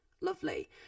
lovely